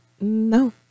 No